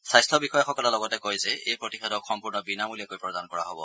স্বাস্থ্য বিষয়াসকলে লগতে কয় যে এই প্ৰতিষেধক সম্পূৰ্ণ বিনামূলীয়াকৈ প্ৰদান কৰা হ'ব